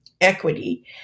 equity